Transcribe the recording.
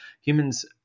humans